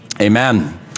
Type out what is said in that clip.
amen